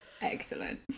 excellent